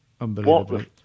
Unbelievable